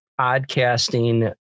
podcasting